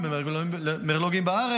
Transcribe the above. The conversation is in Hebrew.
ממרלו"גים בארץ,